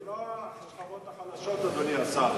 זה לא השכבות החלשות, אדוני השר.